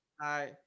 Hi